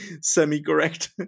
semi-correct